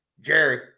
Jerry